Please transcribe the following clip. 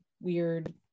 weird